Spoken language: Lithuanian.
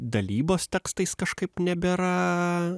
dalybos tekstais kažkaip nebėra